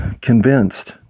convinced